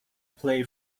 play